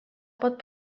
pot